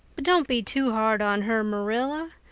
but don't be too hard on her, marilla.